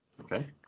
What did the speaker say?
Okay